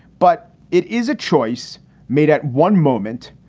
but it is a choice made at one moment.